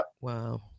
Wow